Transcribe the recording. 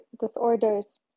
disorders